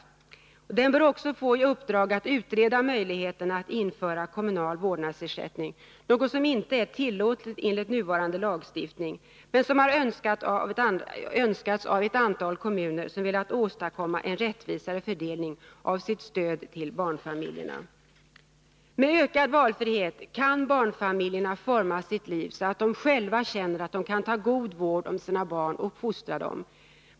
Kommittén bör också få i uppdrag att utreda möjligheterna att införa kommunal vårdnadsersättning, något som inte är tillåtet enligt nuvarande lagstiftning, men som har önskats av ett antal kommuner, som velat åstadkomma en rättvisare fördelning av sitt stöd till barnfamiljerna. Med ökad valfrihet kan barnfamiljerna forma sitt liv så att de själva känner att de kan ta god vård om sina barn och fostra dem.